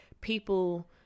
people